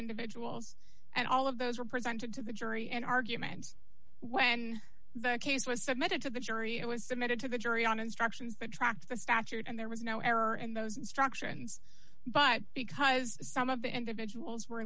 individuals and all of those were presented to the jury and arguments when the case was submitted to the jury it was submitted to the jury on instructions that tracked the statute and there was no error and those instructions but because some of the individuals were